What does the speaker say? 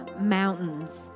mountains